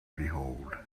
behold